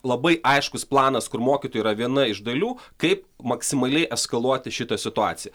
labai aiškus planas kur mokytojai yra viena iš dalių kaip maksimaliai eskaluoti šitą situaciją